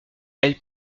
elle